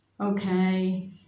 okay